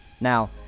Now